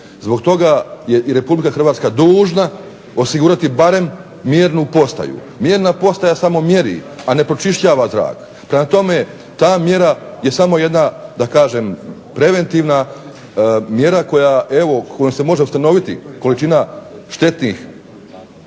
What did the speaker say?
Zbog toga je i RH dužna osigurati barem mjernu postaju. Mjerna postaja samo mjeri, a ne pročišćava zrak. Prema tome, ta mjera je samo jedna, da kažem, preventivna mjera koja evo, kojom se može ustanoviti količina štetnih